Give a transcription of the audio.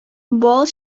бал